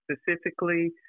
specifically